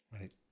Right